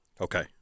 Okay